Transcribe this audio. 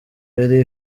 yari